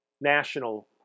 national